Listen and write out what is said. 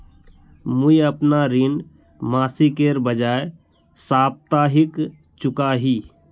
मुईअपना ऋण मासिकेर बजाय साप्ताहिक चुका ही